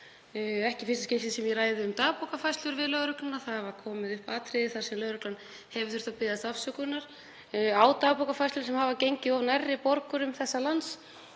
ekki í fyrsta skipti sem ég ræði um dagbókarfærslur við lögregluna. Það hafa komið upp atriði þar sem lögreglan hefur þurft að biðjast afsökunar á dagbókarfærslum sem hafa gengið of nærri borgurum þessa lands.